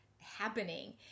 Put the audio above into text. happening